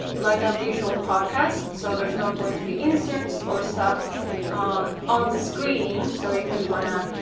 like a visual podcast so there's not going to be inserts or stuff on the screen so if you wanna,